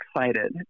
excited